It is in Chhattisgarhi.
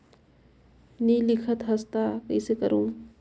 नी लिखत हस ता कइसे करू?